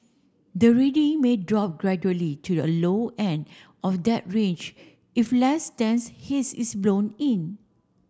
the reading may drop gradually to a low end of that range if less dense haze is blown in